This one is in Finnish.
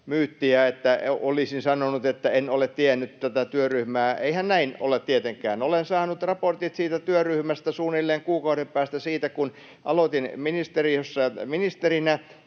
että olisin sanonut, että en ole tiennyt tätä työryhmää. Eihän näin ole tietenkään. Olen saanut raportit siitä työryhmästä suunnilleen kuukauden päästä siitä, kun aloitin ministeriössä ministerinä.